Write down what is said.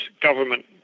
government